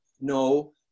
No